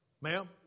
ma'am